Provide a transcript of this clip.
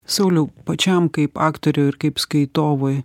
sauliau pačiam kaip aktoriui ir kaip skaitovui